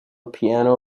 piano